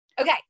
Okay